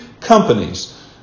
companies